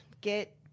get